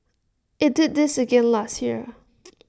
IT did this again last year